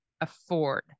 afford